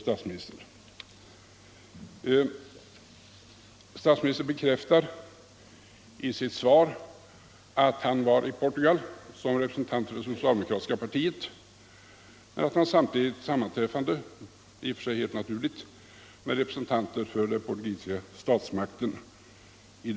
Statsministern bekräftar i sitt svar att han var i Portugal såsom representant för det socialdemokratiska partiet men att han samtidigt sammanträffade — i och för sig helt naturligt — med representanter för den portugisiska statsmakten.